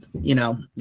you know,